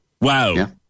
Wow